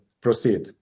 proceed